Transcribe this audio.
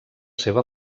seva